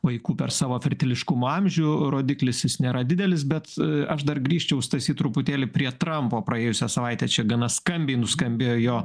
vaikų per savo firtiliškumo amžių rodiklis jis nėra didelis bet aš dar grįžčiau stasy truputėlį prie trampo praėjusią savaitę čia gana skambiai nuskambėjo jo